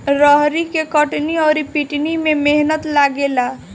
रहरी के कटनी अउर पिटानी में मेहनत लागेला